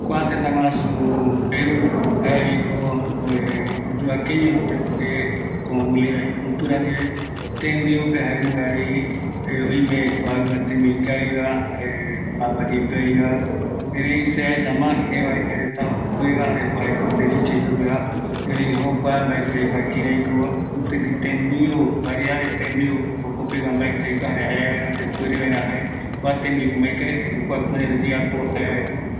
﻿Kua tetaguasu Peru jaeviko oyovakeiño Bolivia icultura ndie, tembiupe jaenungavi oime kua ivatemi ikaviva jae papayepeiva, erei se aesa ma jevae oyuereta jare jouva jae seviche jei superetava, erei jokua mbaeti aikua kireiko kutigui tembiu, variedad de tembiu jokopegua mbaeti aikua se puere vaera jae kua tembiu ko ma ikavi jaeko kua kirei oyeapova jaevaera